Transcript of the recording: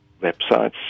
websites